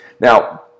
Now